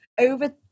over